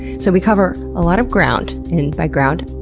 so, we cover a lot of ground. and by ground,